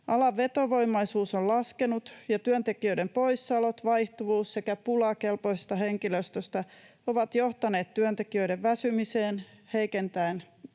Alan vetovoimaisuus on laskenut, ja työntekijöiden poissaolot, vaihtuvuus sekä pula kelpoisesta henkilöstöstä ovat johtaneet työntekijöiden väsymiseen heikentäen